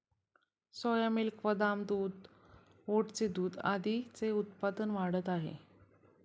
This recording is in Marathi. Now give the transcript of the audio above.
सोया मिल्क, बदाम दूध, ओटचे दूध आदींचे उत्पादन वाढत आहे